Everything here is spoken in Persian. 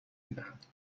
میدهد